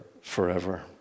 forever